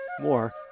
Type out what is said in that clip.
More